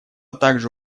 также